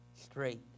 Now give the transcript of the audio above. straight